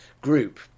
group